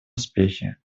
успехи